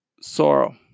sorrow